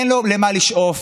אין לו למה לשאוף,